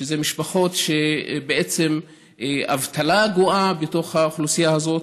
משפחות שבעצם האבטלה גואה בתוך האוכלוסייה הזאת.